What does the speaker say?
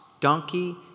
donkey